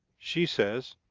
she says,